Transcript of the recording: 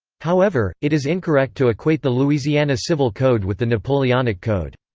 however, it is incorrect to equate the louisiana civil code with the napoleonic code.